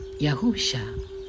Yahusha